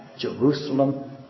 Jerusalem